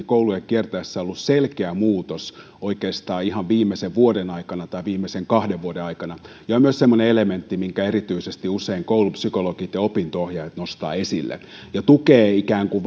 kouluja kiertäessä ollut selkeä muutos oikeastaan ihan viimeisen vuoden aikana tai viimeisen kahden vuoden aikana ja on myös semmoinen elementti minkä erityisesti usein koulupsykologit ja opinto ohjaajat nostavat esille tämäkin esimerkki ikään kuin